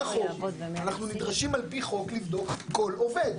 כחוק אנחנו נדרשים על פי חוק לבדוק כל עובד,